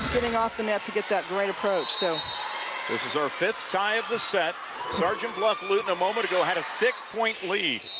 getting off the net to get that great approach. so this is her fifth sigh of the set sergeant bluff-luton a moment ago had a six-point lead.